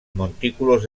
montículos